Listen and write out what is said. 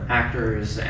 actors